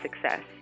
success